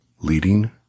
leading